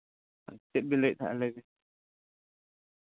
ᱪᱮᱫ ᱵᱤᱱ ᱞᱟᱹᱭᱮᱜ ᱛᱟᱸᱦᱮᱫ ᱞᱟᱹᱭᱵᱤᱱ